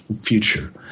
future